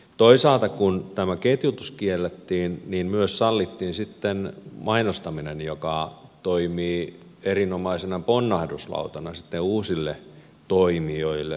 toisaalta kun tämä ketjutus kiellettiin myös sallittiin sitten mainostaminen joka toimii erinomaisena ponnahduslautana sitten uusille toimijoille alalle